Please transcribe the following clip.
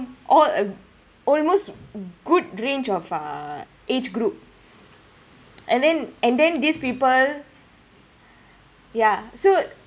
all uh almost good range of uh age group and then and then these people ya so